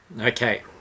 Okay